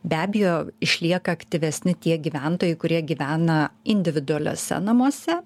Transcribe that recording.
be abejo išlieka aktyvesni tie gyventojai kurie gyvena individualiuose namuose